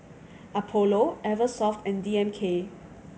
Apollo Eversoft and D M K